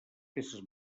peces